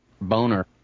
Boner